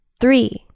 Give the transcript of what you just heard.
Three